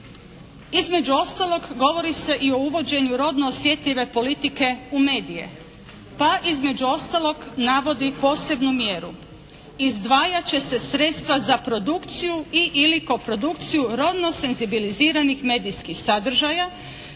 između ostalog govori se i o uvođenju rodno osjetljive politike u medije, pa između ostalog navodi posebnu mjeru: "izdvajat će se sredstva za produkciju i ili koprodukciju rodno senzibiliziranih medijskih sadržaja